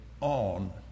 on